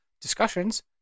discussions